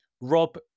Rob